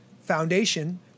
foundation